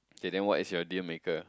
okay then what is your deal maker